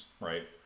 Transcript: right